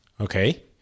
Okay